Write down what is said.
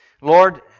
Lord